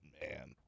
man